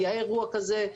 היה אירוע כזה,